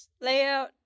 layout